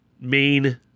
main